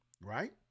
right